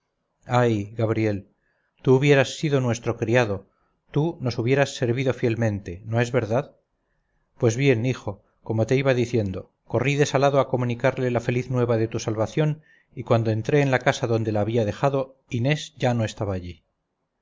ay gabriel tú hubieras sido nuestro criado tú nos hubieras servido fielmente no es verdad pues bien hijo como te iba diciendo corrí desalado a comunicarle la feliz nueva de tu salvación y cuando entré en la casa donde la había dejado inés ya no estaba allí